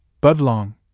Budlong